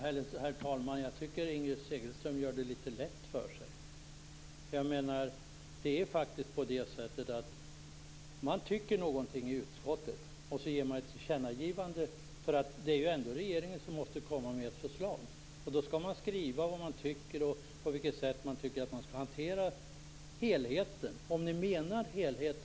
Herr talman! Inger Segelström gör det litet lätt för sig. Utskottet tycker någonting, och sedan gör man ett tillkännagivande. Det är ändå regeringen som måste komma med ett förslag. Då skall man skriva vad man tycker och hur man tycker att helheten skall hanteras.